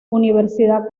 universidad